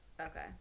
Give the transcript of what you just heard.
okay